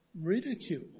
ridicule